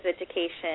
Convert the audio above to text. education